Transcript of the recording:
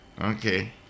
Okay